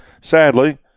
sadly